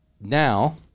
Now